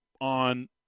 on